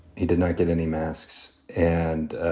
he didn't get any masks. and,